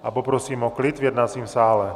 A poprosím o klid v jednacím sále.